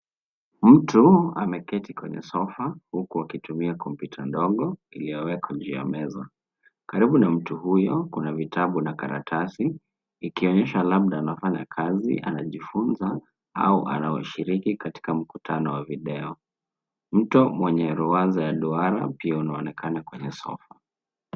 Mtu ameketi kwenye sofa huku akitumia kompyuta ndogo iliyoweka juu ya meza. Karibu na mtu huyo, kuna kitabu na karatasi ikionyesha labda anafanya kazi anajifunza au araoshiriki katika mkutano wa video. Mto mwenye ruwaza ya duara pia unaonekana kwa sofa.